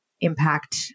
impact